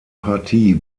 partie